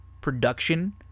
production